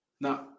Now